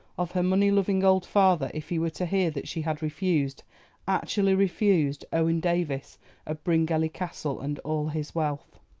of her money-loving old father if he were to hear that she had refused actually refused owen davies of bryngelly castle, and all his wealth.